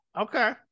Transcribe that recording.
Okay